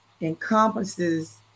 encompasses